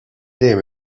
dejjem